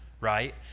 right